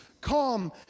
calm